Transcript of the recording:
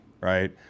right